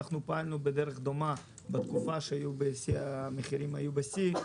אנחנו פעלנו בדרך דומה בתקופה שהמחירים היו בשיאם.